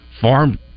farm